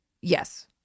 Yes